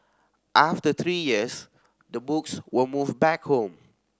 after three years the books were moved back home